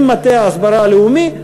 עם מטה ההסברה הלאומי,